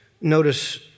Notice